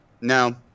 No